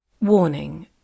Warning